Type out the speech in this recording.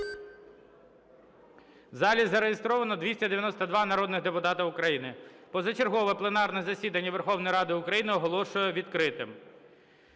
В залі зареєстровано 292 народних депутати України. Позачергове пленарне засідання Верховної Ради України оголошую відкритим,